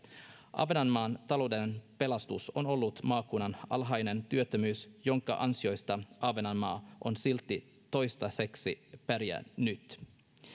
ahvenanmaan talouden pelastus on ollut maakunnan alhainen työttömyys jonka ansiosta ahvenanmaa on silti toistaiseksi pärjännyt